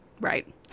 Right